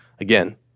Again